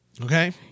Okay